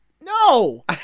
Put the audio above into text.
no